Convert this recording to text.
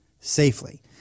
safely